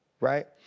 Right